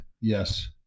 Yes